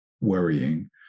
worrying